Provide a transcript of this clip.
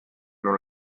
non